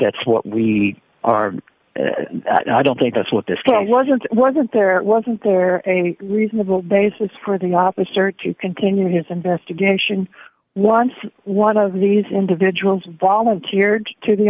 that's what we are i don't think that's what this guy wasn't wasn't there wasn't there any reasonable basis for the officer to continue his investigation once one of these individuals volunteered to the